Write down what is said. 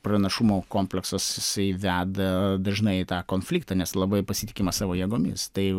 pranašumo kompleksas veda dažnai į tą konfliktą nes labai pasitikima savo jėgomis tai